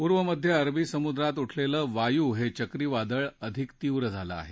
पूर्व मध्य अरबी समुद्रात उठलेलं वायू हे चक्रीवादळ अधिक तीव्र झालं आहे